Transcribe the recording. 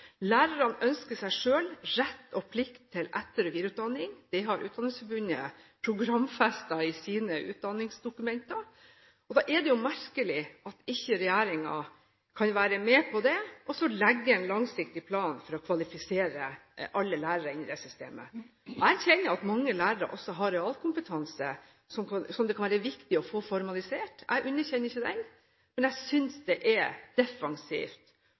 Lærerne ønsker selv rett og plikt til etter- og videreutdanning – det har Utdanningsforbundet programfestet i sine utdanningsdokumenter. Da er det merkelig at ikke regjeringen kan være med på det, og legge en langsiktig plan for å kvalifisere alle lærere inn i det systemet. Jeg erkjenner at mange lærere også har realkompetanse som det kan være viktig å få formalisert. Jeg underkjenner ikke det. Men jeg synes det er defensivt,